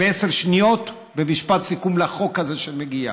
בעשר שניות במשפט סיכום, לחוק הזה שמגיע.